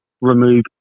remove